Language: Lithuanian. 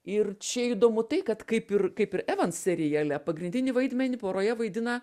ir čia įdomu tai kad kaip ir kaip ir evans seriale pagrindinį vaidmenį poroje vaidina